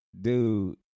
dude